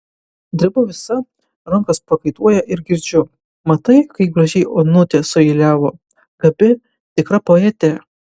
drebu visa rankos prakaituoja ir girdžiu matai kaip gražiai onutė sueiliavo gabi tikra poetė